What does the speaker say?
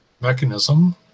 mechanism